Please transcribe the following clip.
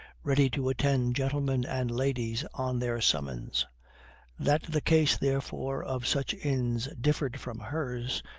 ready to attend gentlemen and ladies on their summons that the case therefore of such inns differed from hers,